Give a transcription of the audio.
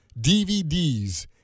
DVDs